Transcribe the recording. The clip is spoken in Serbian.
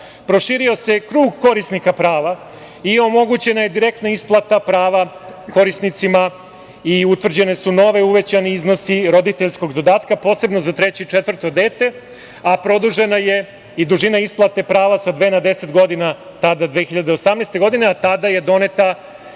proširio se krug korisnika prava i omogućena direktna isplata prava korisnicima i utvrđene su novi uvećani iznosi roditeljskog dodatka, posebno za treće i četvrto dete, a produžena je i dužina isplate prava sa dve na 10 godina tada, 2018. godine, a tada je donete